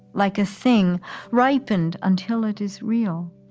like a thing ripened until it is real,